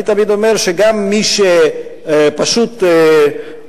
אני תמיד אומר שגם מי שפשוט מוציא